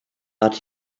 but